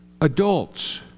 Adults